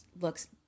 looks